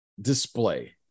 display